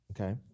Okay